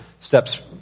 steps